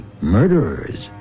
murderers